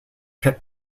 pick